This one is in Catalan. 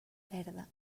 verda